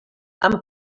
amb